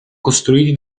costruiti